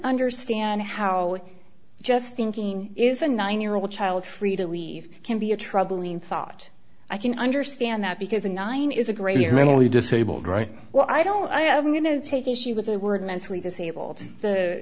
understand how just thinking is a nine year old child free to leave can be a troubling thought i can understand that because a nine is a great you mentally disabled right well i don't know i am going to take issue with their word mentally disabled the